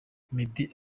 meddy